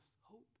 hope